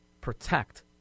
Protect